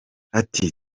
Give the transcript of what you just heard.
ati